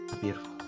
Beautiful